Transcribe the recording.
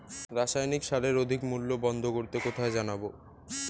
রাসায়নিক সারের অধিক মূল্য বন্ধ করতে কোথায় জানাবো?